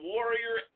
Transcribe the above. Warrior